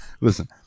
Listen